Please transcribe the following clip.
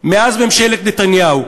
מאז ממשלת נתניהו.